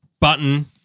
Button